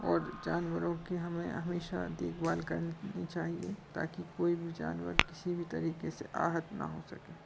और जानवरों की हमें हमेशा देखभाल करनी चाहिए ताकि कोई भी जानवर किसी भी तरीके से आहत ना हो सके